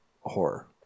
horror